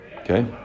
okay